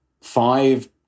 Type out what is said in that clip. five